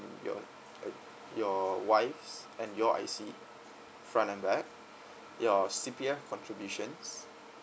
your uh your wife's and your I_C front and back your C_P_F contributions